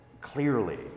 clearly